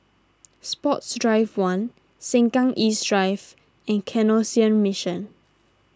Sports Drive one Sengkang East Drive and Canossian Mission